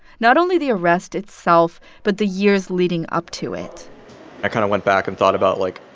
not only the arrest itself but the years leading up to it i kind of went back and thought about, like,